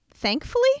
Thankfully